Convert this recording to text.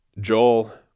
joel